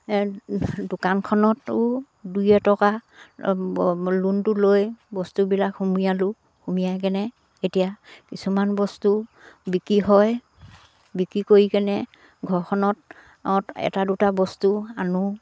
দোকানখনতো দুই এটকা লোনটো লৈ বস্তুবিলাক সোমিয়ালোঁ সোমিয়াই কেনে এতিয়া কিছুমান বস্তু বিক্ৰী হয় বিক্ৰী কৰি কেনে ঘৰখনত অত এটা দুটা বস্তু আনো